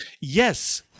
Yes